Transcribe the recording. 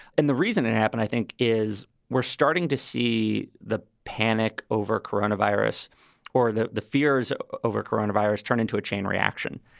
and the reason it and happened, i think, is we're starting to see the panic over corona virus or the the fears over corona virus turned into a chain reaction.